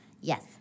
Yes